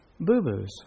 boo-boos